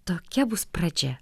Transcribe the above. tokia bus pradžia